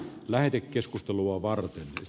lähetekeskustelua varten